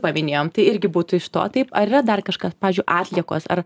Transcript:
paminėjom tai irgi būtų iš to taip ar yra dar kažkas pavyzdžiui atliekos ar